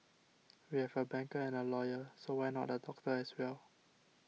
we have a banker and a lawyer so why not a doctor as well